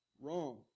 wrong